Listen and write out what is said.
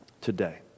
today